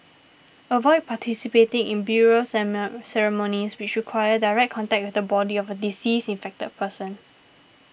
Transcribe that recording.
avoid participating in burial ceremonies which require direct contact with the body of a deceased infected person